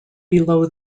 below